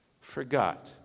forgot